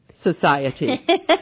society